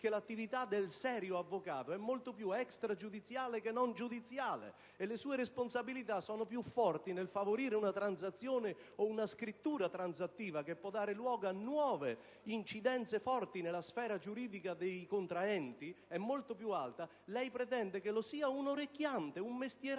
l'attività del serio avvocato è molto più stragiudiziale che non giudiziale e le sue responsabilità sono più forti nel favorire una transazione o una scrittura transattiva, che può dare luogo a nuove incidenze forti nella sfera giuridica dei contraenti) sia un orecchiante, un mestierante,